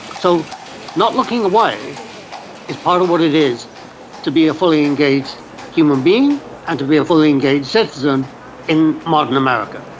so not looking away is part of what it is to be a fully engaged human being and to be fully engage citizen in modern america.